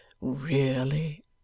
really